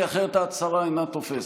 כי אחרת ההצהרה אינה תופסת.